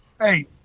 Hey